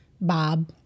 Bob